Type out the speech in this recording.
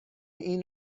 این